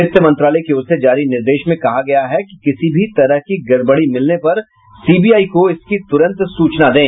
वित्त मंत्रालय की ओर से जारी निर्देश में कहा गया है कि किसी भी तरह की गड़बड़ी मिलने पर सीबीआई को इसकी तुरंत सूचना दें